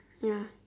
ya